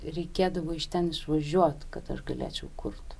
reikėdavo iš ten išvažiuot kad aš galėčiau kurt